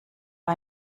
war